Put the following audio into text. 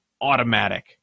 automatic